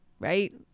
right